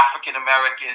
African-Americans